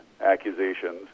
accusations